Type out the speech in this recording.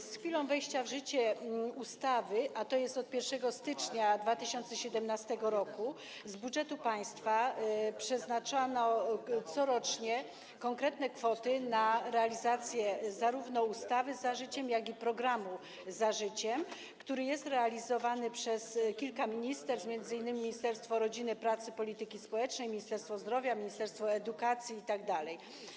Z chwilą wejścia w życie ustawy, tj. od 1 stycznia 2017 r., z budżetu państwa przeznaczane będą corocznie konkretne kwoty na realizację zarówno ustawy „Za życiem”, jak i programu „Za życiem”, który jest realizowany przez kilka ministerstw, m.in. Ministerstwo Rodziny, Pracy i Polityki Społecznej, Ministerstwo Zdrowia, ministerstwo edukacji itd.